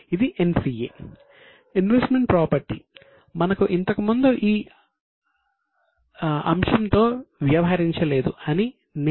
కావున ఇది NCA